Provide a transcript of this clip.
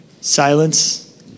silence